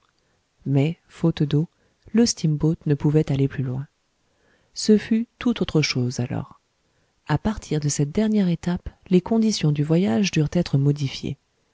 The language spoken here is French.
mais faute d'eau le steamboat ne pouvait aller plus loin ce fut tout autre chose alors a partir de cette dernière étape les conditions du voyage durent être modifiées